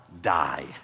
die